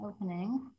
opening